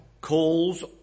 calls